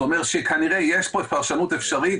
זה אומר שכנראה יש פה פרשנות אפשרית